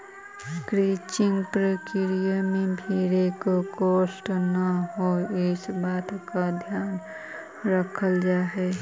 crutching प्रक्रिया में भेंड़ को कष्ट न हो, इस बात का ध्यान रखल जा हई